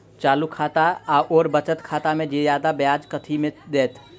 चालू खाता आओर बचत खातामे जियादा ब्याज कथी मे दैत?